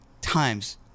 times